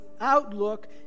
outlook